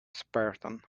spartan